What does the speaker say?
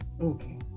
Okay